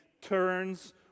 turns